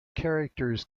characters